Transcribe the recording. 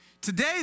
Today